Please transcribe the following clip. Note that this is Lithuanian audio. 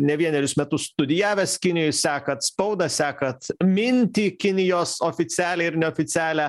ne vienerius metus studijavęs kinijoj sekat spaudą sekat mintį kinijos oficialią ir neoficialią